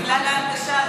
בגלל ההנגשה,